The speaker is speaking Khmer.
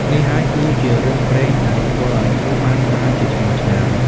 នេះហើយគឺជារឿងព្រេងដែលធ្វើឱ្យជ្រូកបានក្លាយជាឈ្មោះឆ្នាំ។